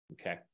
okay